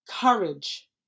courage